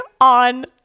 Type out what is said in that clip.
on